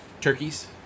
Turkeys